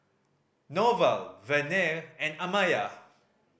Norval Verner and Amaya